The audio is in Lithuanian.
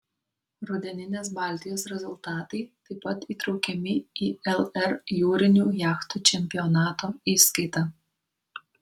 rudeninės baltijos rezultatai taip pat įtraukiami į lr jūrinių jachtų čempionato įskaitą